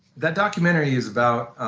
that documentary is about